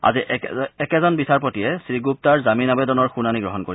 আজি একেজন বিচাপতিয়ে শ্ৰীগুপ্তাৰ জামীন আদেবদনৰ শুনানী গ্ৰহন কৰিব